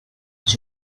will